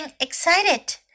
excited